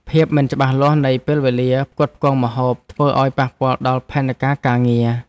ភាពមិនច្បាស់លាស់នៃពេលវេលាផ្គត់ផ្គង់ម្ហូប ធ្វើឱ្យប៉ះពាល់ដល់ផែនការការងារ។